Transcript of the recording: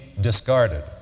discarded